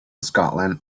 scotland